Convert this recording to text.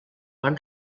van